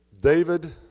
David